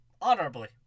Honorably